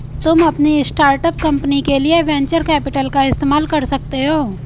तुम अपनी startup company के लिए वेन्चर कैपिटल का इस्तेमाल कर सकते हो